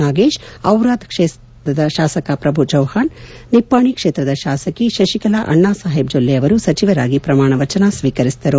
ನಾಗೇಶ್ ದಿರಾದ್ ಕ್ಷೇತ್ರದ ಶಾಸಕ ಪ್ರಭು ಚೌಹಾಣ್ ನಿಪ್ಪಾಣಿ ಕ್ಷೇತ್ರದ ಶಾಸಕಿ ಶಶಿಕಲಾ ಅಣ್ಣಾ ಸಾಹೇಬ್ ಜೊಲ್ಲೆ ಅವರು ಸಚಿವರಾಗಿ ಪ್ರಮಾಣ ವಚನ ಸ್ವೀಕರಿಸಿದರು